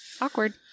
Awkward